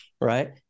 right